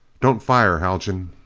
don't fire, haljan!